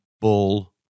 Bull